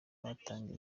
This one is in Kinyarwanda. batanga